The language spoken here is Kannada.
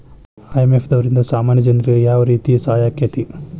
ಐ.ಎಂ.ಎಫ್ ದವ್ರಿಂದಾ ಸಾಮಾನ್ಯ ಜನ್ರಿಗೆ ಯಾವ್ರೇತಿ ಸಹಾಯಾಕ್ಕತಿ?